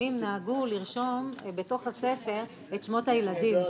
התימנים נהגו לרשום בתוך הספר את שמות הילדים.